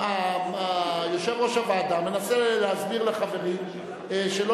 יושב-ראש הוועדה מנסה להסביר לחברים שלא